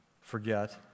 forget